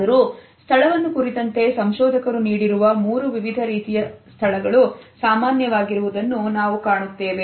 ಆದರೂ ಸ್ಥಳವನ್ನು ಕುರಿತಂತೆ ಸಂಶೋಧಕರು ನೀಡಿರುವ ಮೂರು ವಿವಿಧ ರೀತಿಯ ಸ್ಥಳಗಳು ಸಾಮಾನ್ಯವಾಗಿರುವುದನ್ನು ನಾವು ಕಾಣುತ್ತೇವೆ